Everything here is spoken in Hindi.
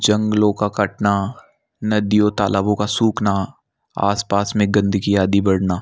जंगलों का कटना नदियों तालाबों का सूखना आस पास में गंदगी आदि बढ़ना